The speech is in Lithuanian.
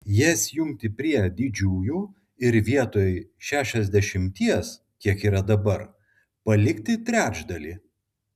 jas jungti prie didžiųjų ir vietoj šešiasdešimties kiek yra dabar palikti trečdalį